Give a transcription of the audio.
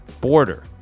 border